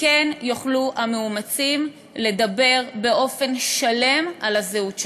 כן יוכלו המאומצים לדבר באופן שלם על הזהות שלהם.